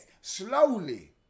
slowly